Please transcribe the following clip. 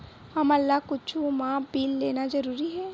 हमला कुछु मा बिल लेना जरूरी हे?